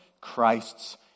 Christ's